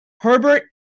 Herbert